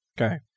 Okay